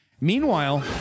Meanwhile